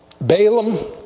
Balaam